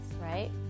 right